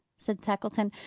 said tackleton.